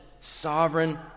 sovereign